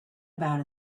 about